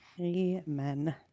Amen